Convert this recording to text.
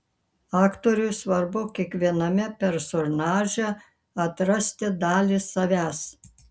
aktoriui svarbu kiekviename personaže atrasti dalį savęs